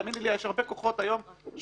תאמיני לי, יש הרבה כוחות היום שמחפשים